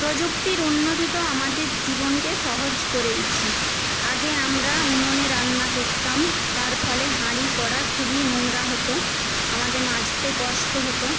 প্রযুক্তির উন্নতি তো আমাদের জীবনকে সহজ করেইছে আগে আমরা উনোনে রান্না করতাম তার ফলে হাঁড়ি কড়া খুবই নোংরা হতো আমাদের মাজতে কষ্ট হতো